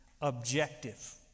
objective